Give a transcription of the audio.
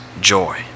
joy